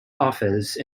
office